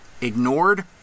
ignored